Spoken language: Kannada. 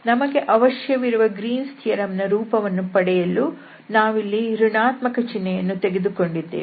ನಮಗೆ ಅವಶ್ಯವಿರುವ ಗ್ರೀನ್ಸ್ ಥಿಯರಂ Green's theorem ನ ರೂಪವನ್ನು ಪಡೆಯಲು ನಾವಿಲ್ಲಿ ಋಣಾತ್ಮಕ ಚಿನ್ಹೆಯನ್ನು ತೆಗೆದುಕೊಂಡಿದ್ದೇವೆ